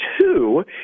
two